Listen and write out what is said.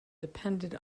depended